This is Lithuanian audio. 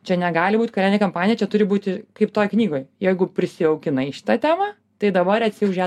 čia negali būt kalėdinė kampanija čia turi būti kaip toj knygoj jeigu prisijaukinai šitą temą tai dabar esi už ją